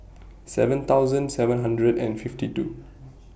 seven thousand seven hundred and fifty two